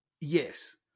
Yes